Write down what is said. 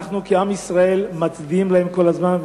אנחנו כעם ישראל מצדיעים להם כל הזמן,